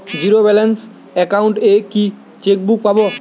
Zero balance account এ কি chequebook পাব?